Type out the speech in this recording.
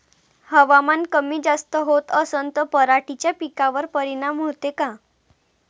हवामान कमी जास्त होत असन त पराटीच्या पिकावर परिनाम होते का?